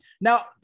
now